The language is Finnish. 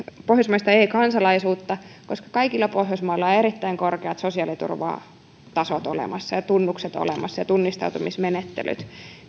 pohjoismaista e kansalaisuutta koska kaikilla pohjoismailla on erittäin korkeat sosiaaliturvatasot olemassa ja ja tunnukset olemassa ja tunnistautumismenettelyt